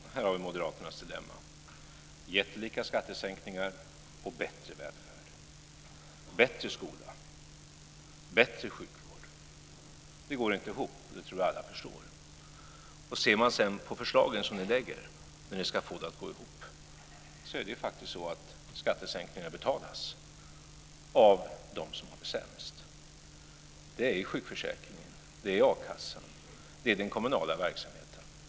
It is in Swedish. Fru talman! Här har vi moderaternas dilemma - jättelika skattesänkningar och bättre välfärd, bättre skola, bättre sjukvård. Det går inte ihop, det tror jag att alla förstår. Ser man sedan på förslagen som ni lägger när ni ska få det att gå ihop är det faktiskt så att skattesänkningarna betalas av dem som har det sämst. Det är i sjukförsäkringen, det är i a-kassan, det är i den kommunala verksamheten.